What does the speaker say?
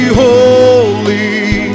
holy